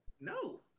No